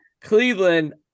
Cleveland